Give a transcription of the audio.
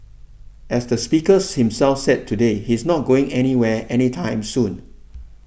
as the speakers himself said today he's not going anywhere any time soon